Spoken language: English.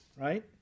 right